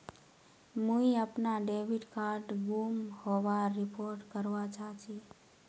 मुई अपना debit card गूम होबार रिपोर्ट करवा चहची